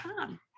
time